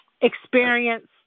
experience